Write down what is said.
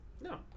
No